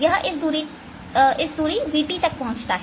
यह इस दूरी vt तक पहुंचता है